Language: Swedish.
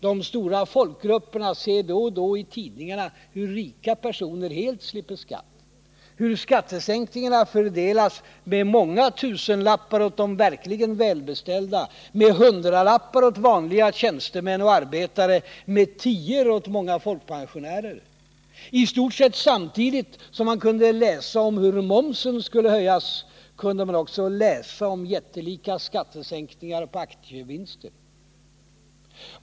De stora folkgrupperna ser då och då i tidningarna hur rika personer helt slipper skatt, hur skattesänkningarna fördelas med många tusenlappar åt de verkligen välbeställda, med hundralappar åt vanliga tjänstemän och arbetare, med tior åt många folkpensionärer. I stort sett samtidigt som man kunde läsa om hur momsen skulle höjas kunde man också läsa om jättelika skattesänkningar på aktievinster.